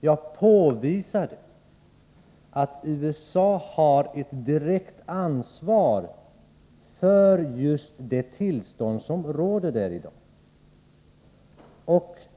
Jag påvisade att USA har ett direkt ansvar för just det tillstånd som råder där i dag.